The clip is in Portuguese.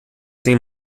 tem